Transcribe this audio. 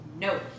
No